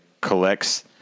collects